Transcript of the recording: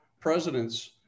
presidents